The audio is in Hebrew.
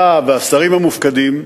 אתה והשרים המופקדים,